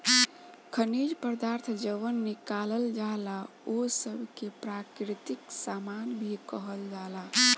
खनिज पदार्थ जवन निकालल जाला ओह सब के प्राकृतिक सामान भी कहल जाला